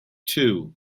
two